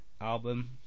album